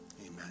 Amen